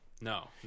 No